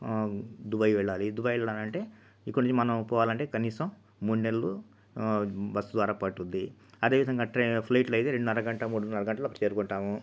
Dubai వెళ్ళాలి Dubai వెళ్లాలంటే ఇక్కడ నుంచి మనం పోవాలంటే కనీసం మూడు నెలలు బస్సు ద్వారా పట్టుద్ది అదేవిధంగా ట్రై ఫ్లైట్లో అయితే రెండున్నర గంట మూడున్నర గంటలో చేరుకుంటాము